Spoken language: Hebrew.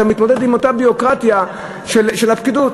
אתה מתמודד עם אותה ביורוקרטיה של הפקידות.